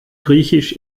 griechisch